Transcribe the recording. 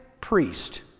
priest